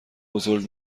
بزرگ